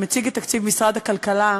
מציג את תקציב משרד הכלכלה,